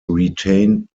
retained